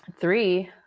three